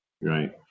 Right